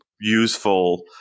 useful